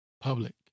public